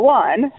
one